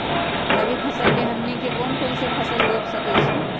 रबी फसल में हमनी के कौन कौन से फसल रूप सकैछि?